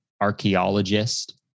archaeologist